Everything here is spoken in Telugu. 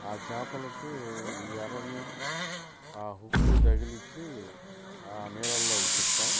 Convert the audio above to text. ఆ చాపలకి ఈ ఎరని ఆ హుక్కుకు తగిలిచ్చి ఆ నీళ్ళల్లో విసురుతాము